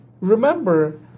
remember